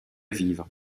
vivre